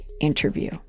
interview